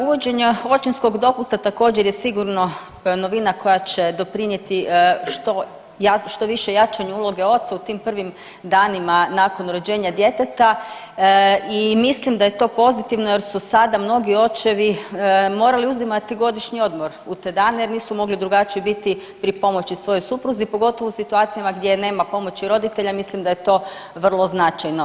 Uvođenje očinskog dopusta također je sigurno novina koja će doprinijeti što više jačanju uloge oca u tim prvim danima nakon rođenja djeteta i mislim da je to pozitivno jer su sada mnogi očevi morali uzimati godišnji odmor u te dane jer nisu mogli drugačije biti, pripomoći svojoj supruzi, pogotovo u situacijama gdje nema pomoći roditelja, mislim da je to vrlo značajno.